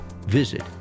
visit